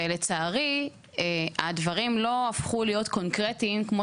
לצערי הדברים לא הפכו להיות קונקרטיים כמו